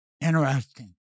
Interesting